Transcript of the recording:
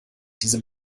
diese